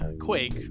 Quake